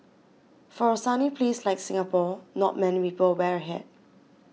for a sunny place like Singapore not many people wear a hat